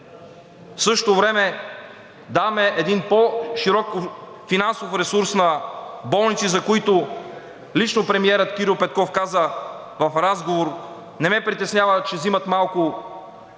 в същото време даваме един по-широк финансов ресурс на болници, за които лично премиерът Кирил Петков каза в разговор: „Не ме притеснява, че взимат малко